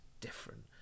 different